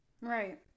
Right